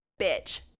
bitch